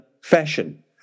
fashion